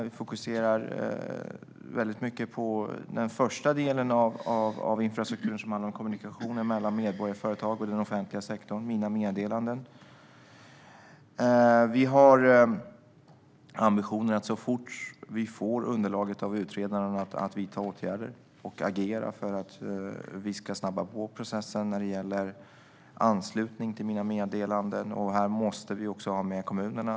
Vi fokuserar mycket på den första delen av infrastrukturen, som handlar om kommunikationer mellan medborgare och företag och den offentliga sektorn - Mina meddelanden. Vi har ambitionen att så fort vi får underlaget av utredaren vidta åtgärder och agera för att snabba på processen när det gäller anslutning till Mina meddelanden. Här måste vi också få med kommunerna.